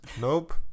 nope